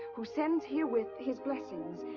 who sends herewith his blessings.